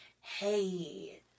hey